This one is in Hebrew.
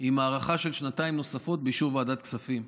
עם הארכה של שנתיים נוספות באישור ועדת הכספים.